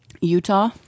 Utah